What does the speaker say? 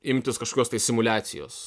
imtis kažkokios tai simuliacijos